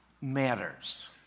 matters